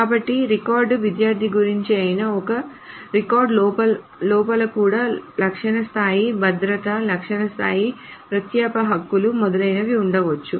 కాబట్టి రికార్డ్ విద్యార్థి గురించి అయినా ఒక రికార్డ్ లోపల కూడా లక్షణ స్థాయి భద్రత లక్షణ స్థాయి ప్రాప్యత హక్కులు మొదలైనవి ఉండవచ్చు